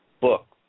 book